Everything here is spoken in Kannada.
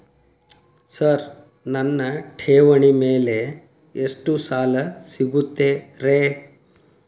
ಸರ್ ನನ್ನ ಠೇವಣಿ ಮೇಲೆ ಎಷ್ಟು ಸಾಲ ಸಿಗುತ್ತೆ ರೇ?